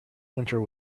winter